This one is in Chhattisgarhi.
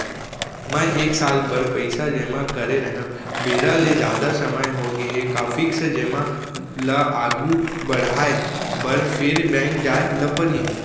मैं एक साल बर पइसा जेमा करे रहेंव, बेरा ले जादा समय होगे हे का फिक्स जेमा ल आगू बढ़ाये बर फेर बैंक जाय ल परहि?